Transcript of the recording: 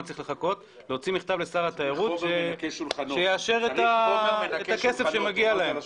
צריך לחכות - שיאשר את הכסף שמגיע להם.